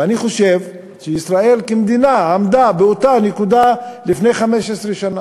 ואני חושב שישראל כמדינה עמדה באותה נקודה לפני 15 שנה.